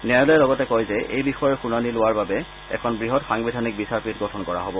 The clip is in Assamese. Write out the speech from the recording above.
ন্যায়ালয়ে লগতে কয় যে এই বিষয়ৰ শুনানি লোৱাৰ বাবে এখন বৃহৎ সাংবিধানিক বিচাৰ পীঠ গঠন কৰা হ'ব